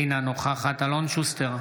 אינה נוכחת אלון שוסטר,